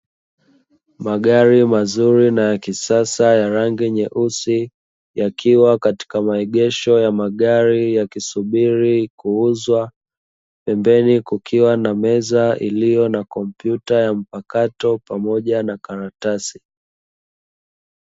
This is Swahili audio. Magari mazuri na ya kisasa ya rangi nyeusi, yakiwa katika maegesho ya magari yakisubiri kuuzwa; pembeni kukiwa na meza iliyo na kompyuta ya mpakato pamoja na karatasi.